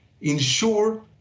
ensure